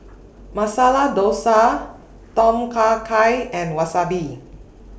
Masala Dosa Tom Kha Gai and Wasabi